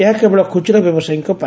ଏହା କେବଳ ଖୁଚୁରା ବ୍ୟବସାୟୀଙ ପାଇଁ